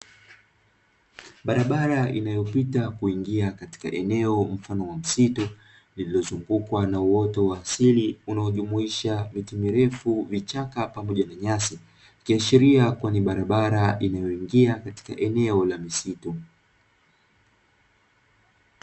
Barabara iliyopita na kuingia kwenye eneo mfano wa msitu Unaozungukwa na uwoto wa asili yenye miti mirefu, vichaka pamoja na nyasi kuashiria ni barabara inayoingia katika eneo la misitu.